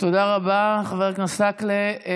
תודה רבה, חבר הכנסת עסאקלה.